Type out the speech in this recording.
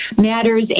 matters